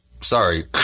Sorry